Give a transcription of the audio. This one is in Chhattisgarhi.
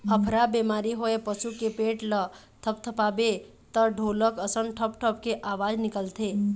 अफरा बेमारी होए पसू के पेट ल थपथपाबे त ढोलक असन ढप ढप के अवाज निकलथे